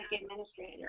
administrator